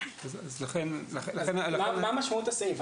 מה משמעות הסעיף?